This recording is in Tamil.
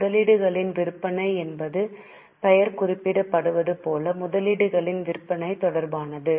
முதலீடுகளின் விற்பனை என்பது பெயர் குறிப்பிடுவது போல முதலீடுகளின் விற்பனை தொடர்பானது